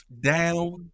Down